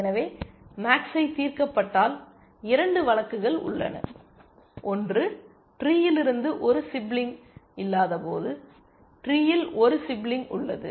எனவே மேக்சை தீர்க்கப்பட்டால் இரண்டு வழக்குகள் உள்ளன ஒன்று ட்ரீயிலிருந்து ஒரு சிப்லிங் இல்லாதபோது ட்ரீயில் ஒரு சிப்லிங் உள்ளது